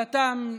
דתם,